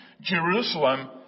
Jerusalem